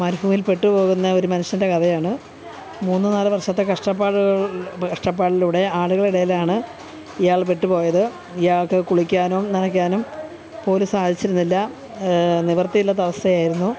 മരുഭൂമിയിൽ പെട്ടുപോകുന്ന ഒരു മനുഷ്യൻ്റെ കഥയാണ് മൂന്നു നാല് വർഷത്തെ കഷ്ടപ്പാടുകൾ കഷ്ടപ്പാടിലൂടെ ആടുകളുടെ ഇടയിലാണ് ഇയാൾ പെട്ടുപോയത് ഇയാൾക്ക് കുളിക്കാനും നനയ്ക്കാനും പോലും സാധിച്ചിരുന്നില്ല നിവൃത്തിയില്ലാത്ത അവസ്ഥയായിരുന്നു